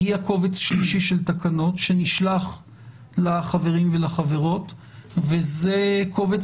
הגיע קובץ שלישי של תקנות שנשלח לחברים ולחברות וזה קובץ